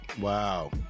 Wow